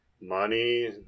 Money